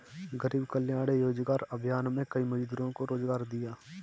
गरीब कल्याण रोजगार अभियान में कई मजदूरों को रोजगार दिया